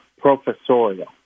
professorial